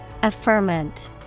Affirmant